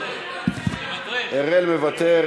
אראל מוותר.